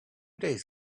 days